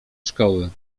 szkoły